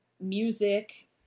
music